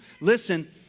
listen